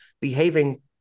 behaving